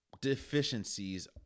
deficiencies